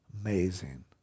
Amazing